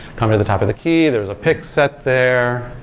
come to the top of the key, there's a pick set there,